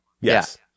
Yes